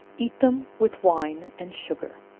eat them with wine and sugar.